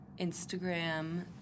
Instagram